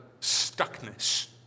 stuckness